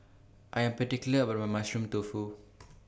I Am particular about My Mushroom Tofu